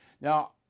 Now